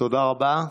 תודה רבה.